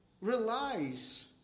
relies